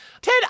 Ted